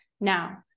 Now